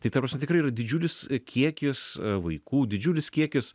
tai ta prasme tikrai yra didžiulis kiekis vaikų didžiulis kiekis